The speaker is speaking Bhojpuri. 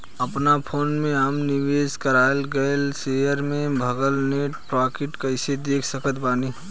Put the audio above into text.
अपना फोन मे हम निवेश कराल गएल शेयर मे भएल नेट प्रॉफ़िट कइसे देख सकत बानी?